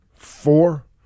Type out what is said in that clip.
Four